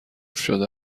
شده